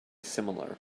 similar